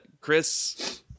Chris